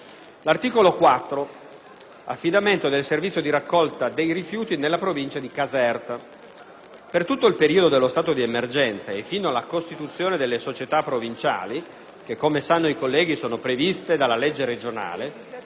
L'articolo 4 riguarda l'affidamento del servizio di raccolta dei rifiuti nella Provincia di Caserta. Per tutto il periodo dello stato di emergenza e fino alla costituzione delle società provinciali, che - come i colleghi sanno - sono previste dalla legge regionale,